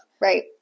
Right